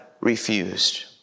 refused